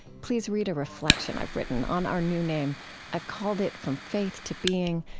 please read a reflection i've written on our new name i've called it from faith to being.